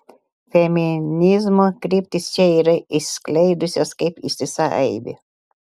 feminizmo kryptys čia yra išskleidusios kaip ištisa aibė